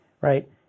right